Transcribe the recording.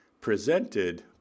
presented